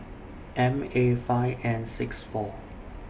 M A five N six four